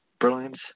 brilliance